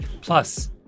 Plus